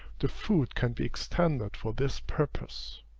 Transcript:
the foot can be extended for this purpose.